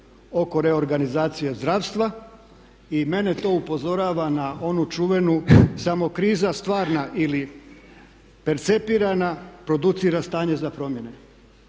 oko reorganizacije zdravstva i mene to upozorava na onu čuvenu samo kriza stvarna ili percepirana producira stanje za promjene.